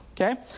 Okay